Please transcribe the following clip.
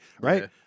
Right